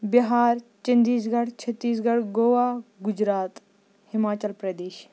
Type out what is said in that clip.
Bihar Chandigarh Chhattisgarh Goa Gujarat Himachal Pradesh